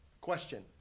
question